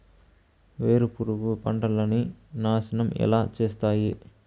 వేరుపురుగు పంటలని నాశనం ఎలా చేస్తాయి?